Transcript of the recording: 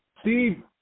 Steve